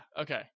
Okay